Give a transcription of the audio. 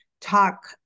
talk